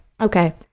okay